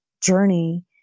journey